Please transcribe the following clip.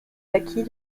acquis